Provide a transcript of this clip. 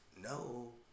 no